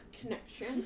connection